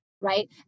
right